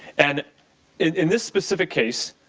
and in this specific case,